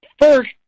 first